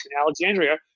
Alexandria